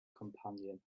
companion